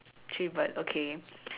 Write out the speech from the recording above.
three bird okay